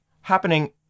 happening